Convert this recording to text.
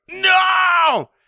no